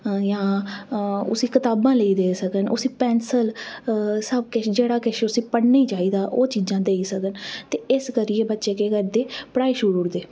उसी कताबां लेई देई सकन उसी पैंसिल उसी सब किश लेई देई सकन जेह्ड़ा किश पढ़ने गी चाहिदा ओह् किश देई सकन ते इस करियै बच्चे केह् करदे पढ़ाई छोड़ी ओड़दे